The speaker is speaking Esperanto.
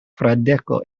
fradeko